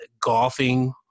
golfing